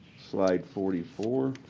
slide forty four,